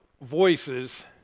voices